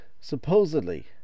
supposedly